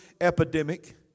epidemic